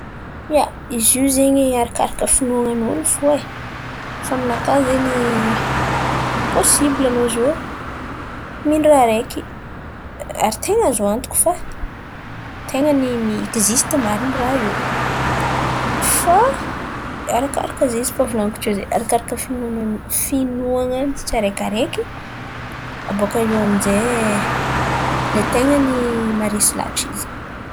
Ia, izy zen̈y arakaraka finoan'olo fo e, fa aminakà zen̈y posibla anao izy iô mino ràha araiky ary ten̈a azoko antoko fa ten̈a ny mi-eksista marin̈y ràha io. Fà arakaraka, izy baka nivolan̈iko teo zen̈y, arakaraka finona finoan̈an'ny tsiaraikiaraiky abôkà eo amin'izay lay ten̈a ny maharesy lahatry izy.